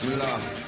love